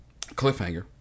Cliffhanger